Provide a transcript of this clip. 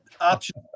option